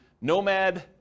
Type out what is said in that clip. nomad